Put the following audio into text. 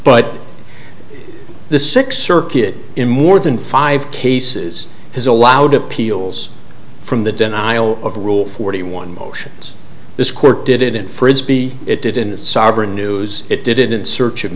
but the sixth circuit in more than five cases has allowed appeals from the denial of rule forty one motions this court did it in frisbee it did in sabra news it did it in search of